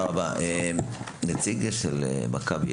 יש פה נציג של מכבי?